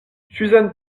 suzanne